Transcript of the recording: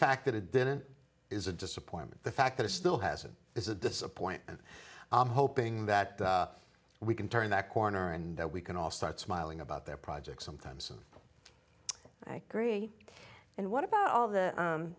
fact that it didn't is a disappointment the fact that it still hasn't is a disappoint and i'm hoping that we can turn that corner and that we can all start smiling about their projects sometime soon i gree and what about all the